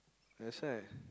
that's why